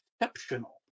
exceptional